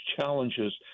challenges